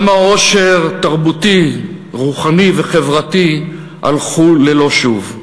כמה עושר תרבותי, רוחני וחברתי הלכו ללא שוב.